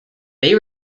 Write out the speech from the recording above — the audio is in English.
they